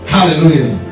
Hallelujah